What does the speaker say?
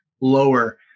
lower